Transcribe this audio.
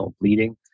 bleeding